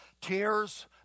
tears